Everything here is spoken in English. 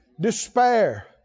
despair